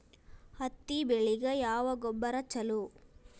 ಹತ್ತಿ ಬೆಳಿಗ ಯಾವ ಗೊಬ್ಬರ ಛಲೋ?